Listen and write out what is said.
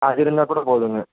ஆ அது இருந்தால் கூட போதும்ங்க